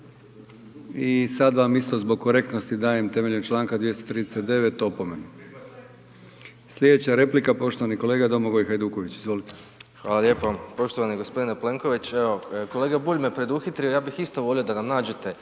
i sad vam isto zbog korektnosti dajem temeljem Članka 239. opomenu. Slijedeća replika poštovani kolega Domagoj Hajduković. Izvolite. **Hajduković, Domagoj (SDP)** Hvala lijepo. Poštovani gospodine Plenković evo, kolega Bulj me preduhitrio ja bih isto volio da nam nađete